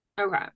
Okay